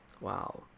Wow